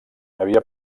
havia